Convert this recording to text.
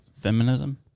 Feminism